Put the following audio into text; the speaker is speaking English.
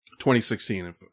2016